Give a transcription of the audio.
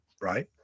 Right